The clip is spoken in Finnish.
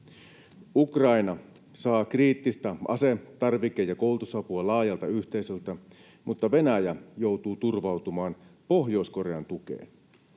Ukraina saa kriittistä ase-, tarvike- ja koulutusapua laajalta yhteisöltä, mutta Venäjä joutuu turvautumaan Pohjois-Korean tukeen.